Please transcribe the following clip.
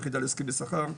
היחידה להסכמי שכר,